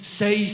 say